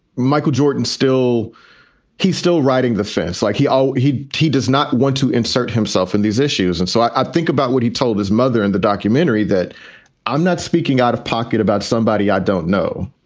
michael jordan still he's still riding the fence like he oh, he he does not want to insert himself in these issues. and so i think about what he told his mother in the documentary that i'm not speaking out of pocket about somebody i don't know.